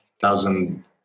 thousand